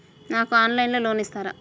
నాకు ఆన్లైన్లో లోన్ ఇస్తారా?